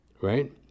Right